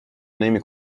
نمی